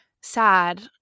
sad